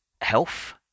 health